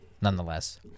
nonetheless